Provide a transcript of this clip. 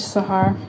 Sahar